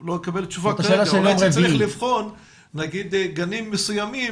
לא אקבל תשובה --- צריך לבחון גנים מסוימים